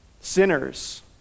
sinners